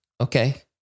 Okay